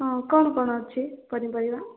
ହଁ କ'ଣ କ'ଣ ଅଛି ପନିପରିବା